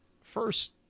first